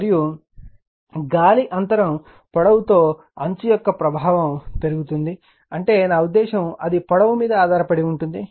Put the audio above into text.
మరియు గాలి అంతరం పొడవు తో అంచు యొక్క ప్రభావం పెరుగుతుంది అంటే నా ఉద్దేశ్యం అది పొడవు మీద ఆధారపడి ఉంటుంది